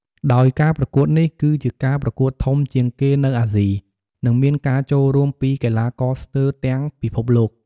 ដោយការប្រកួតនេះ គឺជាការប្រកួតធំជាងគេនៅអាស៊ី និងមានការចូលរួមពីកីឡាករស្ទើរទាំងពិភពលោក។